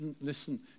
Listen